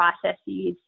processes